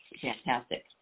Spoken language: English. fantastic